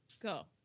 go